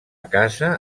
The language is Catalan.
casa